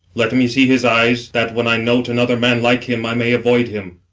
let me see his eyes, that, when i note another man like him, i may avoid him.